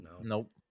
Nope